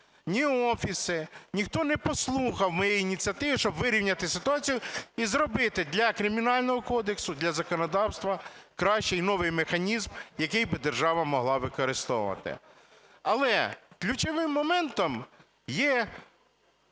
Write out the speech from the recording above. ні офіси, ніхто не послухав моєї ініціативи, щоб вирівняти ситуацію і зробити для Кримінального кодексу, для законодавства кращий новий механізм, який би держава могла використовувати. Але ключовим моментом є